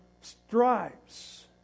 stripes